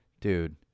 dude